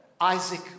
Isaac